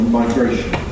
migration